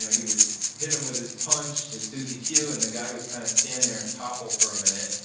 he would hit him with his punch, his susie q, and the guy would kind of stand there and topple for a minute,